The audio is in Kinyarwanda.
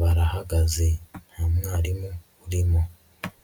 barahagaze nta mwarimu urimo.